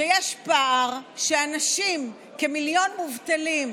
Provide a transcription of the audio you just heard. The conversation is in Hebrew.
שיש פער, שאנשים, כמיליון מובטלים,